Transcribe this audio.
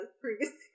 previously